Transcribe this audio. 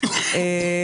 יהודי,